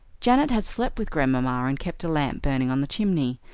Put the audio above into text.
janet had slept with grandmamma and kept a lamp burning on the chimney,